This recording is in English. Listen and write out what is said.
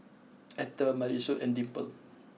Etter Marisol and Dimple